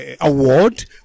award